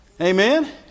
Amen